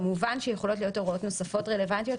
כמובן שיכולות להיות הוראות נוספות רלוונטיות,